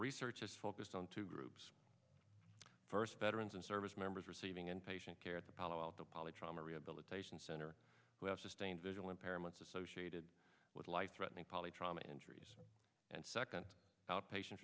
research is focused on two groups first veterans and service members receiving inpatient care at the palo alto poly trauma rehabilitation center who have sustained visual impairments associated with life threatening poly trauma injuries and second outpatient